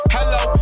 Hello